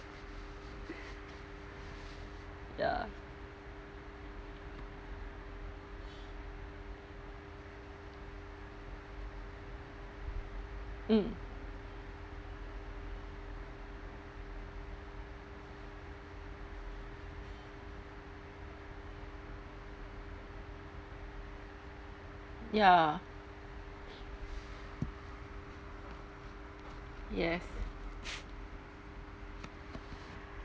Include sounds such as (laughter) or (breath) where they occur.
(breath) ya mm ya yes